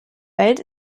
welt